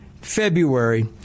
February